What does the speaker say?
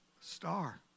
Star